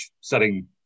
setting